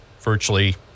virtually